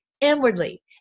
inwardly